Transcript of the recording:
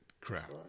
crap